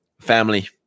family